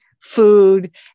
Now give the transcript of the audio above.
food